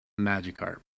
magikarp